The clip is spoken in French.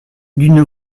d’une